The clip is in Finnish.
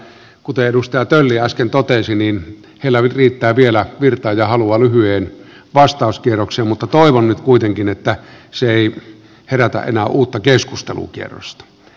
kuten edustaja tölli äsken totesi niin heillä riittää vielä virtaa ja halua lyhyeen vastauskierrokseen mutta toivon nyt kuitenkin että se ei herätä enää uutta keskustelukierrosta